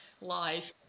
life